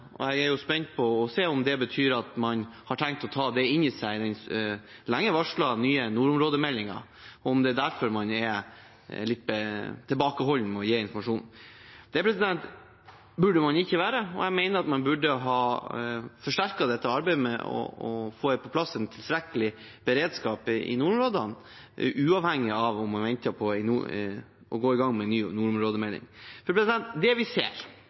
opp. Jeg er spent på å se om det betyr at man har tenkt å ta det inn i den lenge varslede nordområdemeldingen, og om det er derfor man er litt tilbakeholden med å gi informasjon. Det burde man ikke være. Jeg mener at man burde ha forsterket arbeidet med å få på plass en tilstrekkelig beredskap i nordområdene uavhengig av om man venter på å gå i gang med en ny nordområdemelding. Det vi ser,